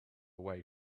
away